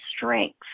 strength